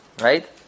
right